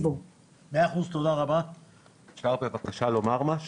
הבקשה שהוגשה לוועדה היא עד 3